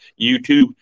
YouTube